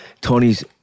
Tony's